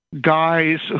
guys